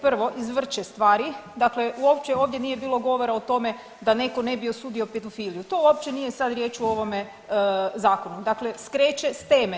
Prvo, izvrće stvari dakle uopće ovdje nije bilo govora o tome da neko ne bi osudio pedofiliju, to uopće nije sad riječ u ovome zakonu, dakle skreće s teme.